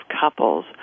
couples